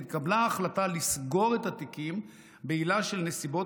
נתקבלה החלטה לסגור את התיקים בעילה שנסיבות